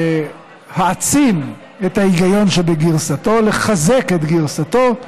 להעצים את ההיגיון שבגרסתו, לחזק את גרסתו,